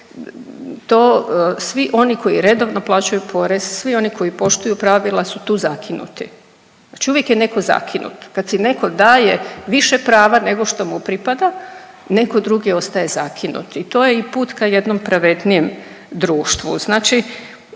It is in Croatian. svi oni koji redovno plaćaju porez, svi oni koji poštuju pravila su tu zakinuti. Znači uvijek je netko zakinut. Kad si netko daje više prava nego što mu pripada netko drugi ostaje zakinut i to je i put ka jednom pravednijem društvu. Znači,